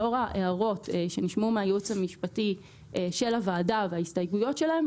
לאור ההערות שנשמעו מהייעוץ המשפטי של הוועדה וההסתייגויות שלו,